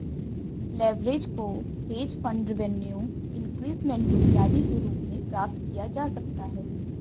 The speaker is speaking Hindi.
लेवरेज को हेज फंड रिवेन्यू इंक्रीजमेंट इत्यादि के रूप में प्राप्त किया जा सकता है